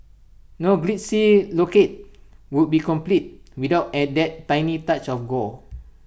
no glitzy locale would be complete without and that tiny touch of gore